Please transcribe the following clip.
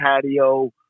patio